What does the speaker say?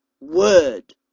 word